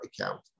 account